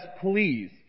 please